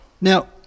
Now